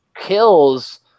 kills